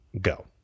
go